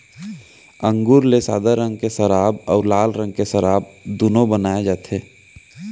अंगुर ले सादा रंग के सराब अउ लाल रंग के सराब दुनो बनाए जाथे